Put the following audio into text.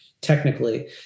technically